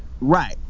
right